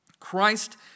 Christ